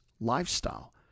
lifestyle